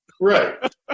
Right